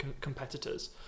competitors